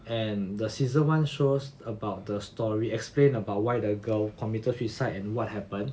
and the season one shows about the story explain about why the girl committed suicide and what happened